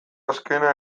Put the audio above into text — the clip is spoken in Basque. azkena